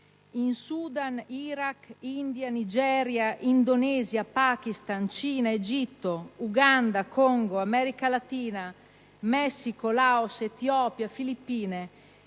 in Sudan, Iraq, India, Nigeria, Indonesia, Pakistan, Cina, Egitto, Uganda, Congo, America Latina, Messico, Laos, Etiopia, Filippine